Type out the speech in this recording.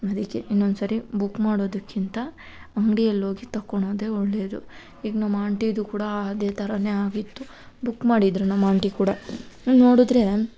ಅದಕ್ಕೆ ಇನ್ನೊಂದ್ಸರಿ ಬುಕ್ ಮಾಡೋದಕ್ಕಿಂತ ಅಂಗಡಿಯಲ್ಲೋಗಿ ತೊಕೊಳೋದೆ ಒಳ್ಳೆಯದು ಈಗ ನಮ್ಮ ಆಂಟಿದು ಕೂಡ ಅದೇ ಥರಾನೇ ಆಗಿತ್ತು ಬುಕ್ ಮಾಡಿದ್ದರು ನಮ್ಮ ಆಂಟಿ ಕೂಡ ನೋಡಿದ್ರೆ